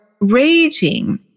raging